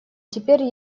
теперь